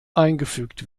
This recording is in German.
eingefügt